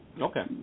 Okay